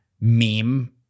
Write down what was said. meme